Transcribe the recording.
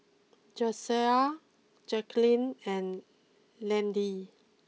Jasiah Jaquelin and Landyn